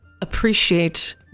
appreciate